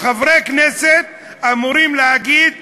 בשגרה הוא העילה של ראש הממשלה להביא מכל הבא ליד,